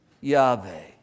Yahweh